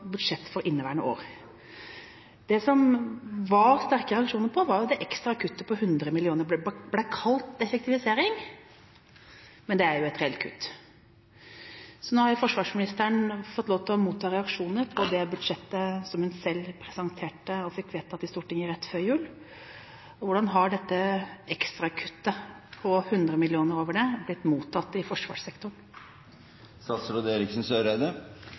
for inneværende år. Det som det kom sterke reaksjoner på, var det ekstra kuttet på 100 mill. kr. Det ble kalt effektivisering, men det er jo et reelt kutt. Nå har forsvarsministeren fått lov til å motta reaksjonene på det budsjettet som hun selv presenterte og fikk vedtatt i Stortinget rett før jul. Hvordan har dette ekstrakuttet på 100 mill. kr – og over det – blitt mottatt i forsvarssektoren?